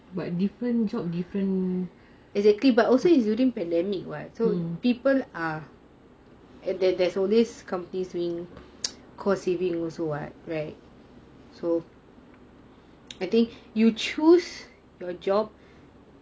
but different job different exactly but also it's using pandemic [what] two people ah and that there's all this companies wing cost saving also [what] right so I think you choose your job